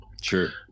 Sure